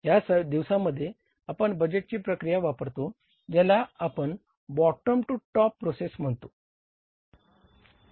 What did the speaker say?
या दिवसांमध्ये आपण बजेटची प्रक्रिया वापरतो ज्याला आपण बॉटम टू टॉप प्रोसेस म्हणतोत